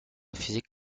physique